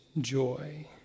joy